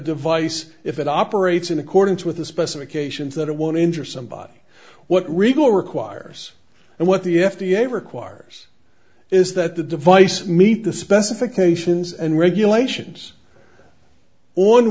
device if it operates in accordance with the specifications that it won't injure somebody what riegel requires and what the f d a requires is that the device meet the specifications and regulations on